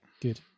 Good